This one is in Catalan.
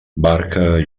barca